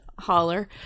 Holler